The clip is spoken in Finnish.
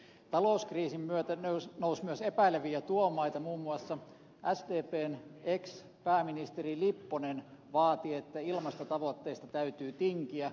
talouskriisin myötä nousi myös epäileviä tuomaita muun muassa sdpn ex pääministeri lipponen vaati että ilmastotavoitteista täytyy tinkiä